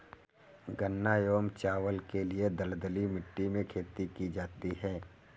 गन्ना एवं चावल के लिए दलदली मिट्टी में खेती की जाती है